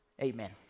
Amen